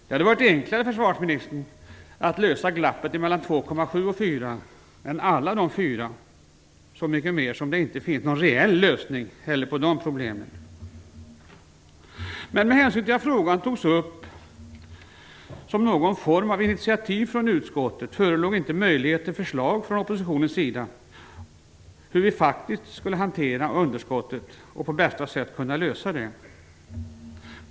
Det hade varit enklare, försvarsministern, att lösa glappet mellan 2,7 och 4 än att ge ut alla de 4 - så mycket mer som det inte heller nu finns någon lösning på de problemen. Med hänsyn till att frågan togs upp som ett initiativ från utskottet förelåg inte möjlighet till förslag från oppositionens sida om hur vi faktiskt skulle hantera underskottet och på bästa sätt kunna lösa det.